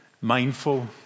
mindful